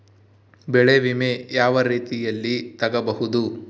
ಬೆಳೆ ವಿಮೆ ಯಾವ ರೇತಿಯಲ್ಲಿ ತಗಬಹುದು?